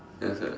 ya sia